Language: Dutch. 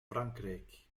frankrijk